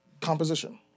Composition